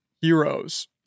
heroes